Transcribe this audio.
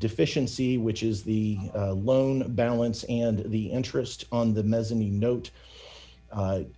deficiency which is the loan balance and the interest on the mezzanine note